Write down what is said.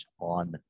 on